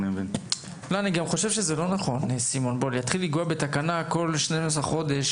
אני חושב שזה גם לא נכון להתחיל לנגוע בתקנה כל 12 חודש.